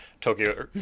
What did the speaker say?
Tokyo